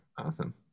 awesome